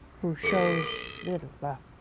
who shows little love.